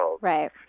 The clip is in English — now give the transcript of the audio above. Right